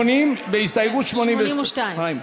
בהסתייגות 86,